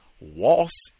waltz